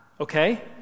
okay